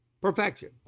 perfection